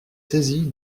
saisie